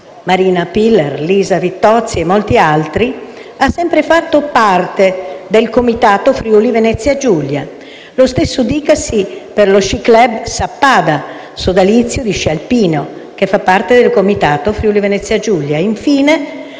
Marina Piller, Lisa Vittozzi e molti altri, ha sempre fatto parte del comitato Friuli-Venezia Giulia. Lo stesso dicasi per lo Sci Club Sappada, sodalizio di sci alpino che fa parte del comitato Friuli Venezia Giulia e, infine,